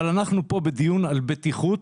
אבל אנחנו פה בדיון על בטיחות,